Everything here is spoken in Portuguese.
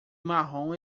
marrom